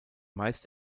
meist